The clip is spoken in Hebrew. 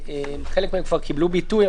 וחלק מהן כבר קיבל ביטוי,